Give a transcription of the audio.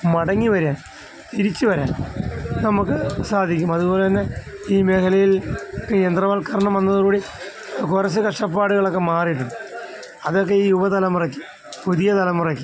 മടങ്ങിവരാൻ തിരിച്ചു വരാൻ നമുക്ക് സാധിക്കും അതുപോലെത്തന്നെ ഈ മേഖലയിൽ യന്ത്രവൽക്കരണം വന്നതോടുകൂടി കുറച്ച് കഷ്ടപ്പാടുകളൊക്കെ മാറിയിട്ടുണ്ട് അതൊക്കെ ഈ യുവതലമുറയ്ക്ക് പുതിയ തലമുറയ്ക്ക്